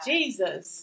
Jesus